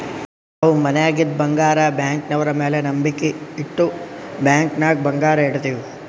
ನಾವ್ ಮನ್ಯಾಗಿಂದ್ ಬಂಗಾರ ಬ್ಯಾಂಕ್ನವ್ರ ಮ್ಯಾಲ ನಂಬಿಕ್ ಇಟ್ಟು ಬ್ಯಾಂಕ್ ನಾಗ್ ಬಂಗಾರ್ ಇಡ್ತಿವ್